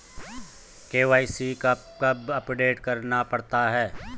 KYC कब कब update करवाना पड़ता है?